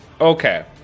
Okay